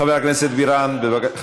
חבר הכנסת חזן.